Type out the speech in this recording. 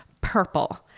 purple